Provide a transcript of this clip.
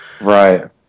right